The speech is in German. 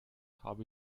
hab